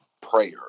prayer